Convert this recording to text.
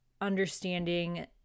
understanding